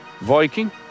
Viking